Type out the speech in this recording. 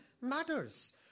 matters